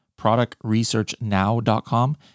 productresearchnow.com